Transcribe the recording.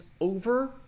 over